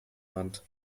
arndt